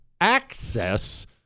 access